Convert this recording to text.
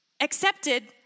accepted